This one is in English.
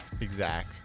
exact